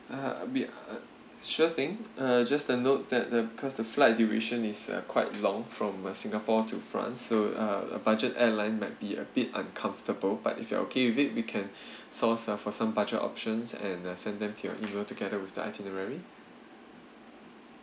uh a bit uh sure thing err just a note that the because the flight duration is uh quite long from singapore to france so uh a budget airline might be a bit uncomfortable but if you are okay with it we can source uh for some budget options and uh send them to your email together with the itinerary